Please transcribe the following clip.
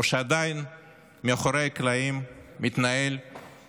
או שעדיין מתנהל מאחורי הקלעים איזשהו